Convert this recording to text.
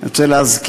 אני רוצה להזכיר,